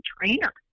trainer